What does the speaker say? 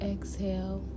Exhale